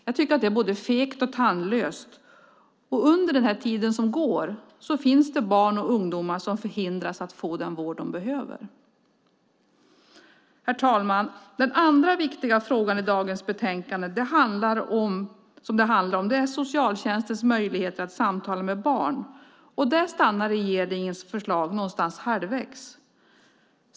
Jag tycker att det är både fegt och tandlöst, och medan tiden går finns det barn och ungdomar som hindras att få den vård de behöver. Herr talman! Den andra viktiga frågan som dagens betänkande handlar om är socialtjänstens möjligheter att samtala med barn. Där stannar regeringens förslag någonstans halvvägs.